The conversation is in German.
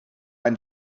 ein